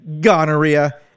gonorrhea